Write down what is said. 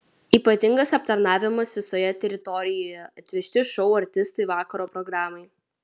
ypatingas aptarnavimas visoje teritorijoje atvežti šou artistai vakaro programai